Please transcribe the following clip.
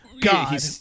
God